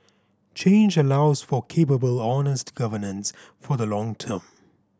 change allows for capable honest governance for the long term